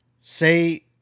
say